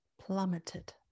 plummeted